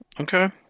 okay